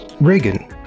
Reagan